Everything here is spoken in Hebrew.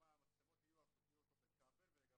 אם המצלמות תהיינה אלחוטיות או על בסיס כבל ולגבי